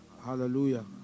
Hallelujah